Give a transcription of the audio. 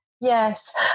Yes